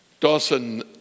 Dawson